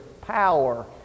power